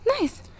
nice